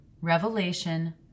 Revelation